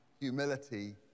humility